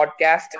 podcast